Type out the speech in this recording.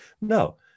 No